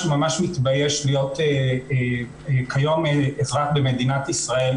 ממש מתבייש להיות כיום אזרח במדינת ישראל.